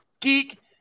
geek